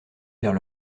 vers